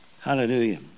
hallelujah